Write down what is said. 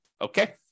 Okay